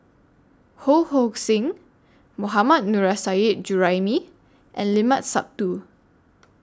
Ho Hong Sing Mohammad Nurrasyid Juraimi and Limat Sabtu